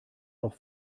doch